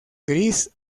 gris